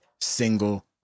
single